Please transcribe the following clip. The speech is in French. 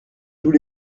tous